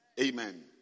Amen